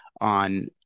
on